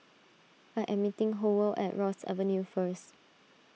I am meeting Howell at Ross Avenue first